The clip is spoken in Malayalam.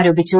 എ ആരോപിച്ചു